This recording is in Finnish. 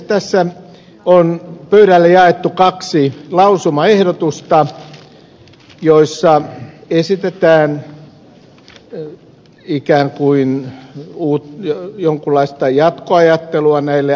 tässä on pöydälle jaettu kaksi lausumaehdotusta joissa esitetään ikään kuin jonkinlaista jatkoajattelua näille asioille